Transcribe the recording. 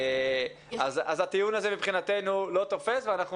אז הטיעון הזה מבחינתנו לא תופס ואנחנו